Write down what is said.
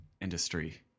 industry